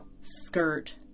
skirt